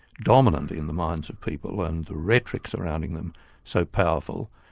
dominant in the minds of people, and the rhetoric surrounding them so powerful,